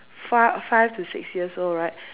five five to six years old right